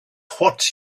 what